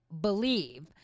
believe